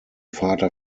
vater